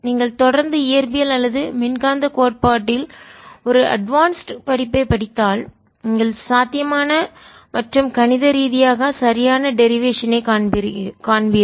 நீங்கள் தொடர்ந்து இயற்பியல் அல்லது மின்காந்தக் கோட்பாட்டில் ஒரு அட்வான்ஸ்டு மேம்பட்ட படிப்பை படித்தால்நீங்கள் சாத்தியமான மற்றும் கணித ரீதியாக சரியான டெரிவேசன் ஐ வழித்தோன்றல் காண்பீர்கள்